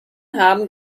haben